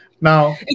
Now